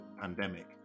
pandemic